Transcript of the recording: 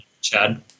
Chad